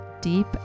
deep